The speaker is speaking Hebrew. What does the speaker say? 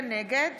נגד